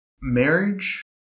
marriage